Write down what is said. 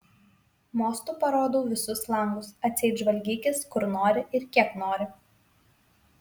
mostu parodau visus langus atseit žvalgykis kur nori ir kiek nori